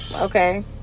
Okay